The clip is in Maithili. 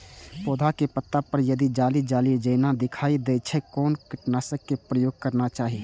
पोधा के पत्ता पर यदि जाली जाली जेना दिखाई दै छै छै कोन कीटनाशक के प्रयोग करना चाही?